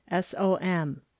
SOM